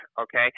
okay